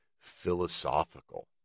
philosophical